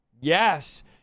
Yes